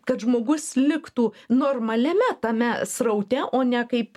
kad žmogus liktų normaliame tame sraute o ne kaip